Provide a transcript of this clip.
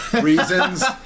reasons